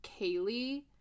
Kaylee